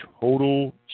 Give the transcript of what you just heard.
Total